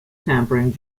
tampering